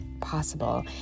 possible